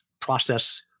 process